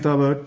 നേതാവ് ടി